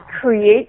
create